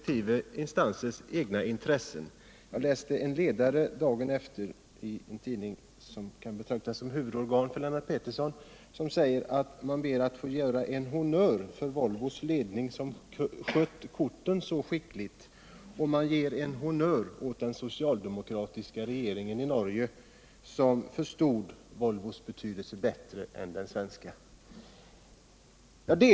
Jag läste dagen efter affären en ledare i en tidning som kan betraktas som Lennart Petterssons huvudorgan. Där ber man att få göra en honnör för Volvos ledning, som skött korten så skickligt, liksom också för den socialdemokratiska regeringen i Norge som förstod Volvos betydelse bättre än den svenska regeringen.